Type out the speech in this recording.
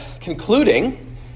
concluding